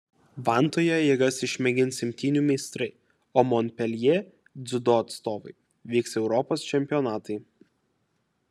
vantoje jėgas išmėgins imtynių meistrai o monpeljė dziudo atstovai vyks europos čempionatai